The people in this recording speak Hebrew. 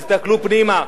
תסתכלו פנימה.